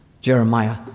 Jeremiah